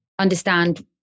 Understand